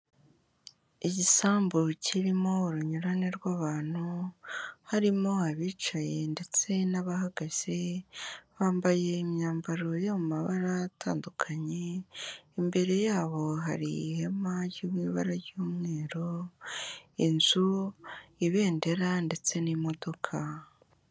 Igisambu kirimo urunyurane rw'abantu, harimo abicaye ndetse n'abahagaze bambaye imyambaro yo mu mabara atandukanye, imbere yabo hari ihema ryo mu ibara ry'umweru, inzu, ibendera ndetse n'imodoka.